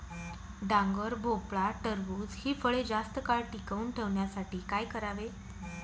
डांगर, भोपळा, टरबूज हि फळे जास्त काळ टिकवून ठेवण्यासाठी काय करावे?